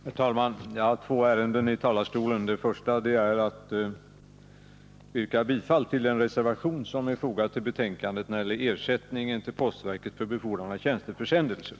Herr talman! Jag har två ärenden i talarstolen. Det första är att yrka bifall till den reservation som är fogad till betänkandet när det gäller ersättningen till postverket för befordran av tjänsteförsändelser.